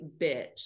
bitch